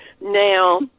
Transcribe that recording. Now